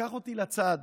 לקח אותי לצד